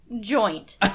Joint